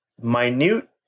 minute